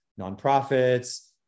nonprofits